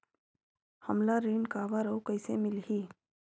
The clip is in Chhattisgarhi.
हमला ऋण काबर अउ कइसे मिलही?